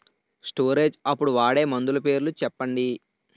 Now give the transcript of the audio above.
Storage అప్పుడు వాడే మందులు పేర్లు చెప్పండీ?